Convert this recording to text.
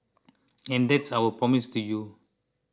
and that's our promise to you